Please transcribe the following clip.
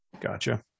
Gotcha